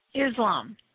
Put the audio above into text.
Islam